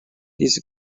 these